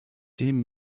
dem